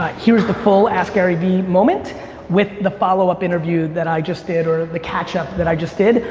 here's the full ask gary vee moment with the follow up interview that i just did, or the catch up that i just did.